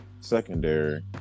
Secondary